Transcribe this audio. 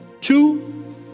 Two